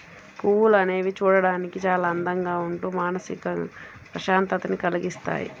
పువ్వులు అనేవి చూడడానికి చాలా అందంగా ఉంటూ మానసిక ప్రశాంతతని కల్గిస్తాయి